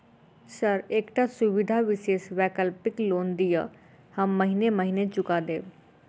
Sir एकटा सुविधा विशेष वैकल्पिक लोन दिऽ हम महीने महीने चुका देब?